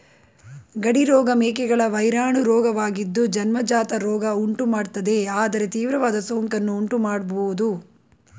ಗಡಿ ರೋಗ ಮೇಕೆಗಳ ವೈರಾಣು ರೋಗವಾಗಿದ್ದು ಜನ್ಮಜಾತ ರೋಗ ಉಂಟುಮಾಡ್ತದೆ ಆದರೆ ತೀವ್ರವಾದ ಸೋಂಕನ್ನು ಉಂಟುಮಾಡ್ಬೋದು